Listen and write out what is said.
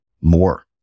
more